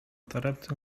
torebce